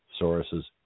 Soros's